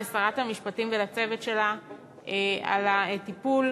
לשרת המשפטים ולצוות שלה על הטיפול,